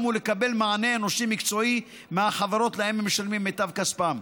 הוא לקבל מענה אנושי מקצועי מהחברות שלהן הם משלמים ממיטב כספם.